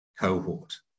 cohort